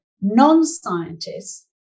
non-scientists